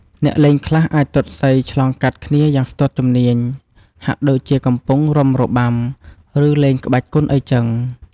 អ្នកលេងខ្លះអាចទាត់សីឆ្លងកាត់គ្នាយ៉ាងស្ទាត់ជំនាញ ហាក់ដូចជាកំពុងរាំរបាំ ឬលេងក្បាច់គុនអីចឹង។